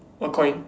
a coin